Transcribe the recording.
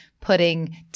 putting